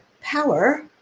power